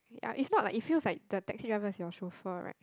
ya if not like it feels like the taxi driver is your chauffeur right